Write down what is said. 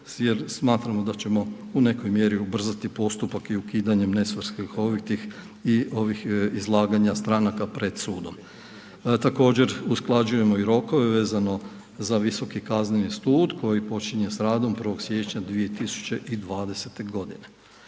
jer smatramo da ćemo u nekoj mjeri ubrzati postupak i ukidanjem nesvrsishovitih i izlaganja stranka pred sudom. Također usklađujemo i rokove vezano za Visoki kazneni sud koji počinje s radom 1. siječnja 2020. godine.